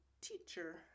teacher